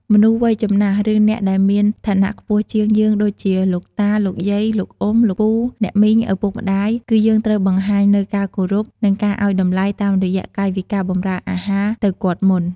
មនុស្សវ័យចំណាស់ ឬអ្នកដែលមានឋានៈខ្ពស់ជាងយើងដូចជា លោកតា លោកយាយ លោកអ៊ុំ លោកពូ អ្នកមីង ឪពុកម្ដាយ គឺយើងត្រូវបង្ហាញនូវ ការគោរព និងការឲ្យតម្លៃ តាមរយៈកាយវិការបម្រើអាហារទៅគាត់មុន។